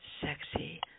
sexy